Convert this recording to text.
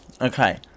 Okay